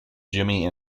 jimmy